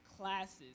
classes